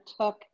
took